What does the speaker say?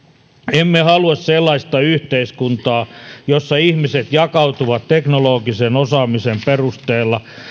emme halua sellaista yhteiskuntaa jossa ihmiset jakautuvat teknologisen osaamisen perusteella